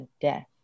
death